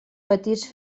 petits